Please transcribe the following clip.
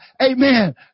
amen